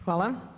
Hvala.